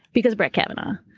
because brett kavanaugh.